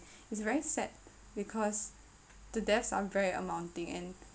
it's very sad because the deaths are very amounting and